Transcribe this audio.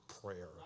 prayer